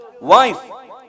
wife